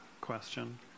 question